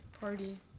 Party